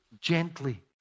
gently